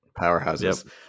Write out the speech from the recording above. Powerhouses